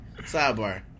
sidebar